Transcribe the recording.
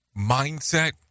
mindset